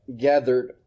gathered